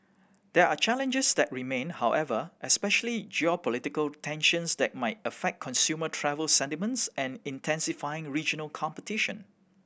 there are challenges that remain however especially geopolitical tensions that might affect consumer travel sentiments and intensifying regional competition